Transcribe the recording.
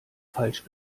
falsch